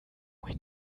mich